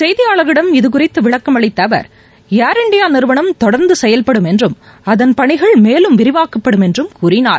செய்தியாளர்களிடம் இதுகுறித்து விளக்கம் அளித்த அவர் ஏர் இந்தியா நிறுவனம் தொடர்ந்து செயல்படும் என்றும் அதன் பணிகள் மேலும் விரிவாக்கப்படும் என்றும் கூறினார்